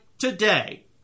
today